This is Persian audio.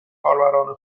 کاربران